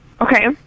Okay